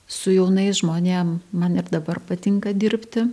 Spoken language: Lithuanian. su jaunais žmonėm man ir dabar patinka dirbti